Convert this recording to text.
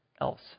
else